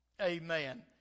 Amen